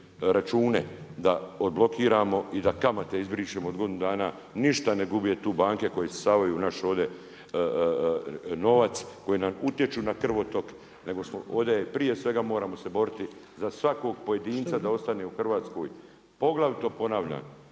račune da odblokiramo i da kamate izbrišemo od godinu dana, ništa ne gube tu banke isisavaju naš ovdje novac, koje nam utječu na krvotok nego smo ovdje prije svega, moramo se boriti za svakog pojedinca da ostane u Hrvatskoj. Poglavito ponavljam,